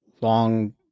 long